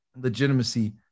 legitimacy